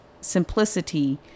simplicity